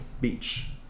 beach